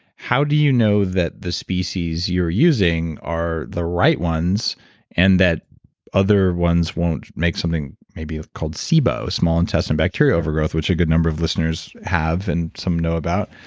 how do you know that the species you're using are the right ones and that other ones won't make something, maybe it's called sibo, small intestinal bacterial overgrowth, which a good number of listeners have and some know about?